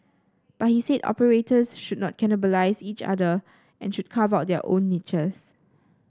but he said operators should not cannibalise each other and should carve out their own niches